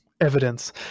evidence